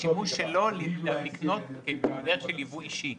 לשימוש שלו בדרך של ייבוא אישי?